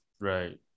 Right